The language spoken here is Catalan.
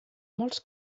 molts